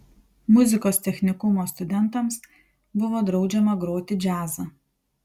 muzikos technikumo studentams buvo draudžiama groti džiazą